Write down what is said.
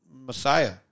Messiah